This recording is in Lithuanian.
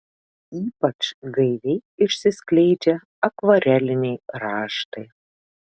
ypač gaiviai išsiskleidžia akvareliniai raštai